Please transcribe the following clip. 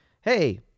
Hey